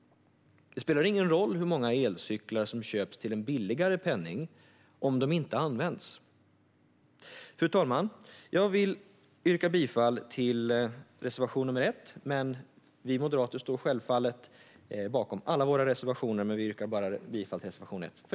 Det spelar ingen roll hur många elcyklar som köps till en billigare penning om de inte används. Fru talman! Jag yrkar bifall till reservation 1, men vi moderater står självfallet bakom alla våra reservationer.